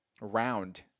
round